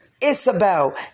Isabel